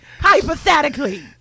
hypothetically